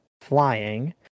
flying